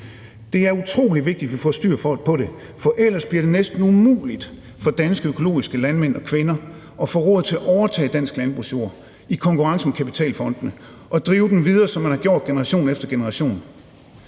Det er utrolig vigtigt, at vi får styr på det, for ellers bliver det næsten umuligt for danske økologiske landmænd og -kvinder at få råd til at overtage dansk landbrugsjord i konkurrence med kapitalfondenene og drive dem videre, som man har gjort i generation efter generation.